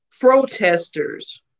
protesters